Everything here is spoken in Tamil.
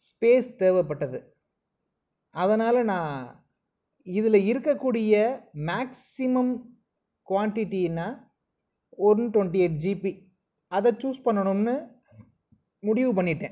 ஸ்பேஸ் தேவைப்பட்டது அதனால் நான் இதில் இருக்கற கூடிய மேக்ஸிமம் குவான்டிடினா ஒன் டோன்ட்டி எய்ட் ஜீபி அதை ச்சூஸ் பண்ணனும்னு முடிவு பண்ணிகிட்டே